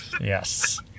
yes